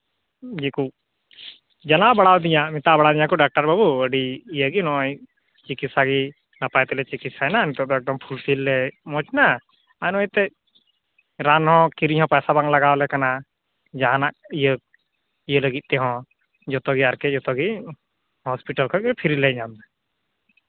ᱡᱮᱠᱚ ᱡᱟᱱᱟᱣ ᱵᱟᱲᱟ ᱫᱤᱧᱟᱹ ᱢᱮᱛᱟ ᱵᱟᱲᱟ ᱫᱤᱧᱟ ᱠᱚ ᱰᱟᱠᱛᱟᱨ ᱵᱟᱹᱵᱩ ᱟᱹᱰᱤ ᱤᱭᱟᱹᱜᱮ ᱱᱚᱜᱼᱭ ᱪᱤᱠᱤᱛᱥᱟ ᱜᱮ ᱱᱟᱯᱟᱭ ᱛᱮᱞᱮ ᱪᱤᱠᱤᱛᱥᱟᱭᱮᱱᱟ ᱱᱤᱛᱚᱜ ᱫᱚ ᱯᱷᱩᱞᱯᱷᱤᱞ ᱞᱮ ᱢᱚᱡᱽ ᱮᱱᱟ ᱟᱨᱚ ᱮᱱᱛᱮᱜ ᱨᱟᱱ ᱦᱚᱸ ᱠᱤᱨᱤᱧ ᱦᱚᱸ ᱯᱚᱭᱥᱟ ᱵᱟᱝ ᱞᱟᱜᱟᱣ ᱟᱞᱮ ᱠᱟᱱᱟ ᱡᱟᱦᱟᱱᱟᱜ ᱤᱭᱟᱹ ᱤᱭᱟᱹ ᱞᱟᱹᱜᱤᱫ ᱛᱮᱦᱚᱸ ᱡᱚᱛᱚᱜᱮ ᱟᱨᱠᱤ ᱡᱚᱛᱚᱜᱮ ᱦᱚᱥᱯᱤᱴᱟᱞ ᱠᱷᱚᱡᱜᱮ ᱯᱷᱤᱨᱤᱞᱮ ᱧᱟᱢᱫᱟ